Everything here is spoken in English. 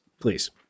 please